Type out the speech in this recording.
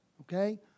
okay